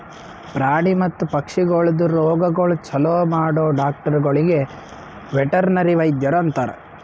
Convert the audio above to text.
ಪ್ರಾಣಿ ಮತ್ತ ಪಕ್ಷಿಗೊಳ್ದು ರೋಗಗೊಳ್ ಛಲೋ ಮಾಡೋ ಡಾಕ್ಟರಗೊಳಿಗ್ ವೆಟರ್ನರಿ ವೈದ್ಯರು ಅಂತಾರ್